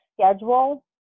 schedule